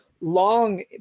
long